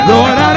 Lord